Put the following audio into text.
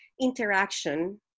interaction